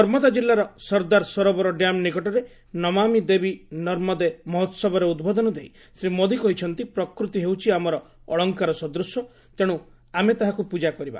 ନର୍ମଦା ଜିଲ୍ଲାର ସର୍ଦ୍ଦାର ସରୋବର ଡ୍ୟାମ ନିକଟରେ ନମାମି ଦେବୀ ନର୍ମଦେ ମହୋହବରେ ଉଦ୍ବୋଧନ ଦେଇ ଶ୍ରୀ ମୋଦୀ କହିଛନ୍ତି ପ୍ରକୃତି ହେଉଛି ଆମର ଅଳଙ୍କାର ସଦୂଶ ତେଣୁ ଆମେ ତାହାକୁ ପୂଜା କରିବା